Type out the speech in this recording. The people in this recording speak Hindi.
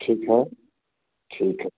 ठीक है ठीक है